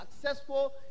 successful